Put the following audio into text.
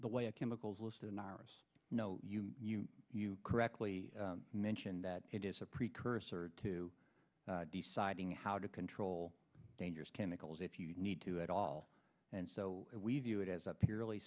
the way of chemicals listed in iris you know you correctly mentioned that it is a precursor to deciding how to control dangerous chemicals if you need to at all and so we view it as a purely